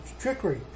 trickery